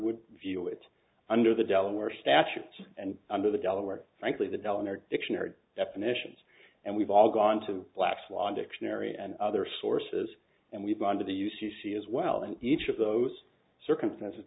would view it under the delaware statutes and under the delaware frankly the delaware dictionary definitions and we've all gone to black's law dictionary and other sources and we've gone to the u c c as well and each of those circumstances